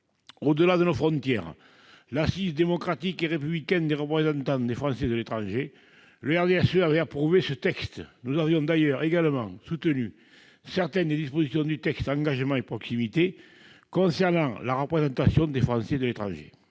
au-delà de nos frontières, l'assise démocratique et républicaine des représentants des Français de l'étranger, le RDSE avait approuvé ce texte. Nous avions également soutenu plusieurs dispositions de la loi « Engagement et proximité », relatives à la représentation des Français de l'étranger.